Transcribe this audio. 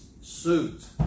suit